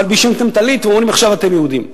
מלבישים אותם טלית ואומרים: עכשיו אתם יהודים.